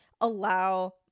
allow